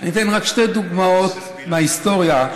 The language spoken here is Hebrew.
שתי דוגמאות מההיסטוריה,